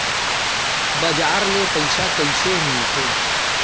बजार ले पईसा कइसे मिलथे?